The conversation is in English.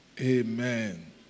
Amen